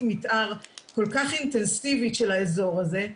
מתאר כל כך אינטנסיבית של האזור הזה,